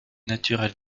naturel